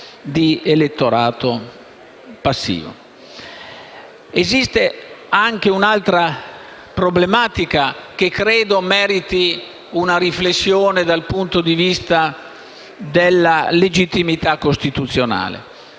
Esiste anche un'altra problematica che credo meriti una riflessione dal punto di vista della legittimità costituzionale: